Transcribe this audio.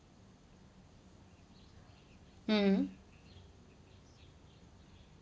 mm